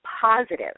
positive